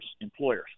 employers